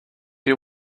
you